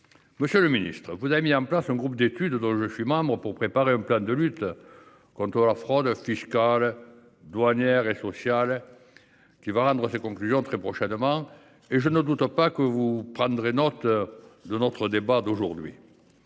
Monsieur le ministre, vous avez mis en place un groupe de travail, dont je suis membre, pour préparer un plan de lutte contre la fraude fiscale, douanière et sociale qui rendra ses conclusions très prochainement. Je ne doute pas que vous tiendrez compte de notre débat. Renforcer